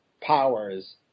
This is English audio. powers